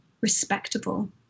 respectable